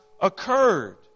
occurred